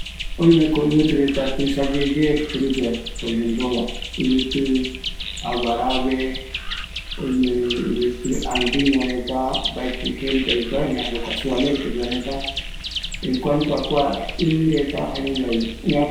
ɨvɨtɨreta, aguarague, illimani, incaguasi, kua iupa, titicaca,